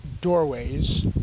doorways